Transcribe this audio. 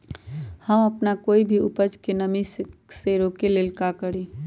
हम अपना कोई भी उपज के नमी से रोके के ले का करी?